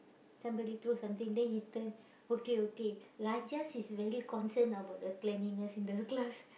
somebody throw something then he turn okay okay is very concerned about the cleanliness in the class